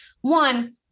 one